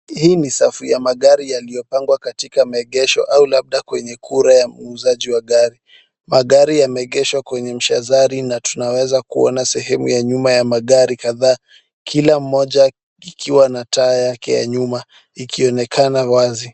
Hii safu ya magari yalipangwa katika maegesho au labda kwenye kura ya muuzaji magari. Magari yameegeshwa kwenye mshazari na tunaweza kuona sehemu ya nyuma ya magari kadhaa, kila mmoja kikiwa na taa yake ya nyuma ikionekana wazi